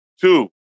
Two